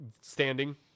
standing